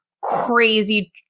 crazy